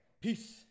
Peace